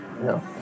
No